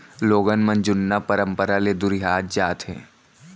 लोगन मन जुन्ना परंपरा ले दुरिहात जात हें